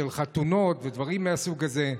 של חתונות, ודברים מהסוג הזה.